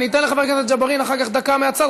אתן לחבר הכנסת ג'בארין אחר כך דקה מהצד,